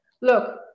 look